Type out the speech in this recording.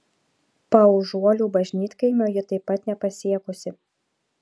paužuolių bažnytkaimio ji taip pat nepasiekusi